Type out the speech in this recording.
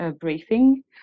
briefing